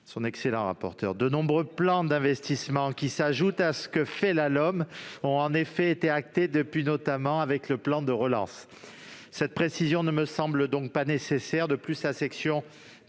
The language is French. son excellent rapporteur